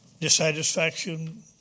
dissatisfaction